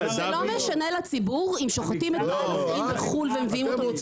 זה לא משנה לציבור אם שוחטים את בעל החיים בחו"ל ומביאים